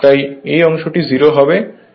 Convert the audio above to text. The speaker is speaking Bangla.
তাই এই অংশটি 0 হবে